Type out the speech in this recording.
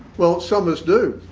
well, some of us do.